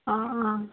অঁ অঁ